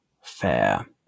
fair